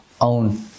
own